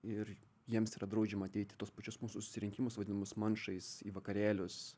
ir jiems yra draudžiama ateiti į tuos pačius mūsų susirinkimus vadinamus manšais į vakarėlius